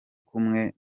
kumwe